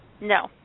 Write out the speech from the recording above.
No